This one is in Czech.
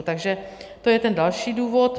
Takže to je ten další důvod.